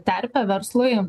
terpę verslui